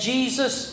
Jesus